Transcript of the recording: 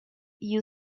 you